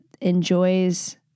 enjoys